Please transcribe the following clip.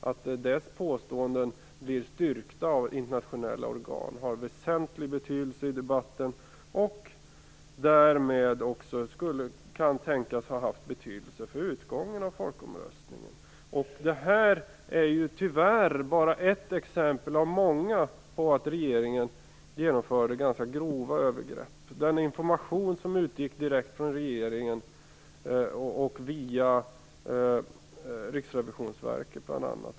Att deras påståenden blir styrkta av internationella organ har väsentlig betydelse i debatten, och det kan tänkas ha haft betydelse för utgången av folkomröstningen. Det här är tyvärr bara ett exempel av många på att regeringen genomförde ganska grova övergrepp. Den information som utgick direkt från regeringen och via bl.a.